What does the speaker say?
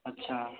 अच्छा